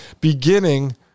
beginning